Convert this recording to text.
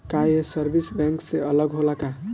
का ये service bank से अलग होला का?